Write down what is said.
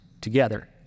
together